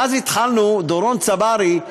ואז התחלנו, מיקי,